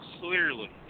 clearly